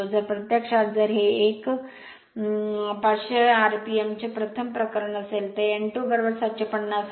जर प्रत्यक्षात जर 1 हे 500 rpm चे प्रथम प्रकरण असेल तर n 2 750 आहे